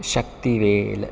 Sakthivel